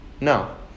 No